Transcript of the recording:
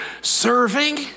serving